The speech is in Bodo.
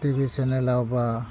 टिभि सेनेलाव बा